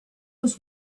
was